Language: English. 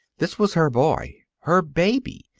this was her boy, her baby,